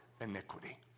iniquity